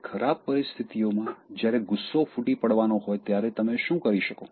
હવે ખરાબ પરિસ્થિતિઓમાં જ્યારે ગુસ્સો ફૂટી પાડવાનો હોય ત્યારે તમે શું કરી શકો